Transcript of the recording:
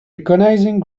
recognizing